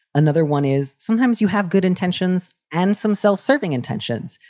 another one is sometimes you have good intentions and some self-serving intentions.